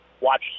watch